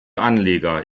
anleger